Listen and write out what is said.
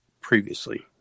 previously